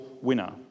winner